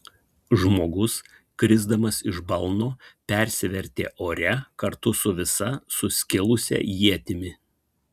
žmogus krisdamas iš balno persivertė ore kartu su visa suskilusia ietimi